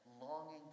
longing